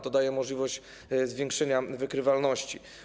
To daje możliwość zwiększenia wykrywalności.